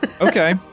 Okay